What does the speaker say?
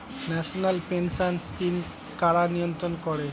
National pension scheme কারা নিয়ন্ত্রণ করে?